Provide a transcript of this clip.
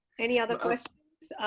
any other questions?